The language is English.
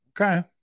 Okay